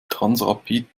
transrapid